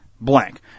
blank